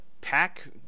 pack